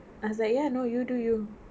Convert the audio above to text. I was like ya know you do you